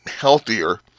healthier